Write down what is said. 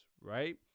right